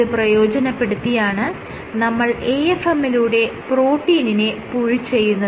ഇത് പ്രയോജനപ്പെടുത്തിയാണ് നമ്മൾ AFM ലൂടെ പ്രോട്ടീനിനെ പുൾ ചെയ്യുന്നത്